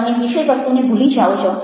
તમે વિષયવસ્તુને ભૂલી જાઓ છો